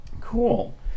Cool